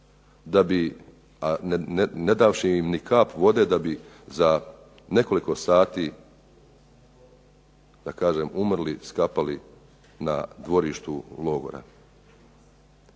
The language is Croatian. da bi a ne davši im ni kap vode, da bi za nekoliko sati da kažem umrli, skapali na dvorištu logora.